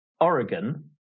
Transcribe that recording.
Oregon